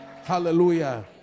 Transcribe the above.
Hallelujah